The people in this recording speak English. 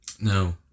No